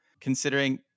Considering